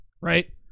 right